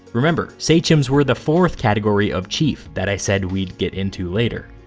remember, sachems were the fourth category of chief that i said we'd get into later.